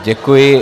Děkuji.